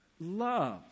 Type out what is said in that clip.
love